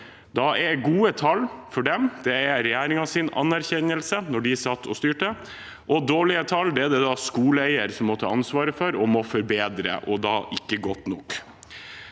Da er gode tall for dem noe den regjeringen skal ha anerkjennelse for, da de satt og styrte, og dårlige tall er det skoleeier som må ta ansvaret for og må forbedre – da er det ikke godt nok.